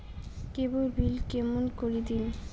কেবল bill কেমন করি দিম?